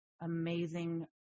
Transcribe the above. amazing